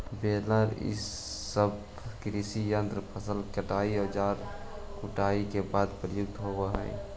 baler इ सब कृषि यन्त्र फसल के कटाई औउर कुटाई के बाद प्रयुक्त होवऽ हई